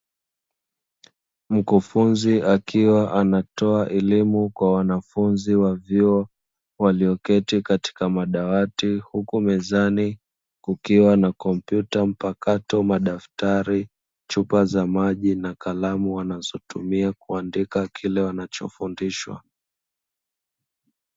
Mkufunzi akiwa anatoa elimu kwa wanafunzi wa vyuo walioketi katika madawati huku mezani kukiwa na kompyuta mpakato, madaftari, chupa za maji na kalamu wanazotumia kuandika kile wanachofundishwa.